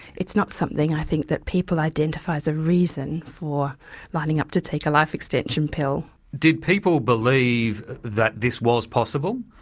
it's not something i think that people identify as a reason for lining up to take a life-extension pill. did people believe that this was possible?